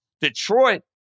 Detroit